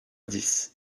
dix